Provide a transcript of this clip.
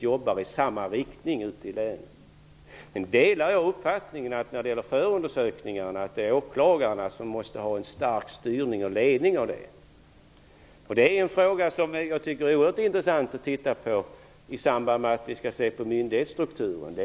Jag delar uppfattningen att åklagarna måste stå för en stark styrning av förundersökningarna. Det är en fråga som är oerhört intressant att titta närmare på i samband med att vi ser över myndighetsstrukturen.